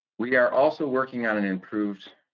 we are also working on an improved